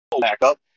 backup